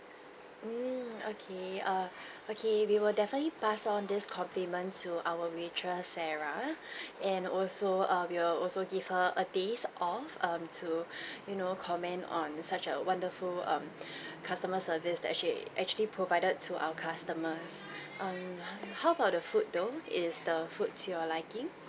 mm okay err okay we will definitely pass on this complement to our waitress sarah and also err we'll also give her a day off um to you know commend on such a wonderful um customer service that she actually provided to our customers um how about the food though is the food to your liking